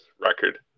record